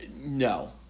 No